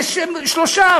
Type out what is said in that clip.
זה שלושה,